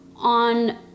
on